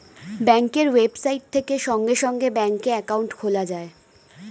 ব্যাঙ্কের ওয়েবসাইট থেকে সঙ্গে সঙ্গে ব্যাঙ্কে অ্যাকাউন্ট খোলা যায়